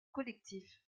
collectifs